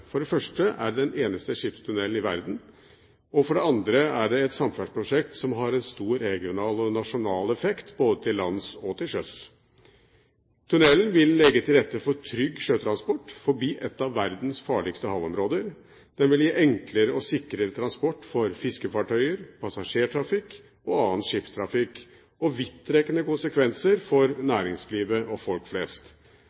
For det første er det den eneste skipstunnelen i verden, og for det andre er det et samferdselsprosjekt som har en stor regional og nasjonal effekt både til lands og til sjøs. Tunnelen vil legge til rette for trygg sjøtransport forbi et av verdens farligste havområder. Den vil gi enklere og sikrere transport for fiskefartøyer, passasjertrafikk og annen skipstrafikk, og den vil gi vidtrekkende konsekvenser for